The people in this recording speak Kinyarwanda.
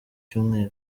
cyumweru